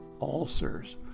ulcers